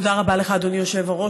תודה רבה לך, אדוני היושב-ראש.